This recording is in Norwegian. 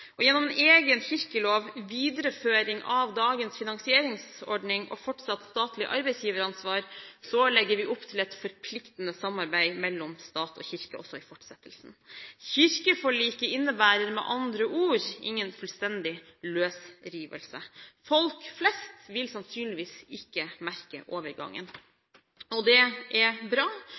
og gjennom en egen kirkelov, en videreføring av dagens finansieringsordning og et fortsatt statlig arbeidsgiveransvar legger vi opp til et forpliktende samarbeid mellom stat og kirke også i fortsettelsen. Kirkeforliket innebærer med andre ord ingen fullstendig løsrivelse. Folk flest vil sannsynligvis ikke merke overgangen, og det er bra,